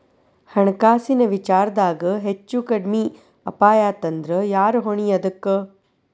ಹಣ್ಕಾಸಿನ್ ವಿಚಾರ್ದಾಗ ಹೆಚ್ಚು ಕಡ್ಮಿ ಅಪಾಯಾತಂದ್ರ ಯಾರ್ ಹೊಣಿ ಅದಕ್ಕ?